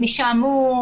משעמום,